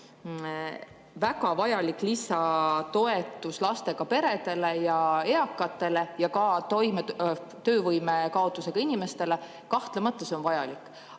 väga vajalik lisatoetus lastega peredele ja eakatele ja ka töövõime kaotanud inimestele. Kahtlemata see on vajalik.